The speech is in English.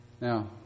Now